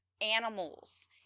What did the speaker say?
animals